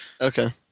Okay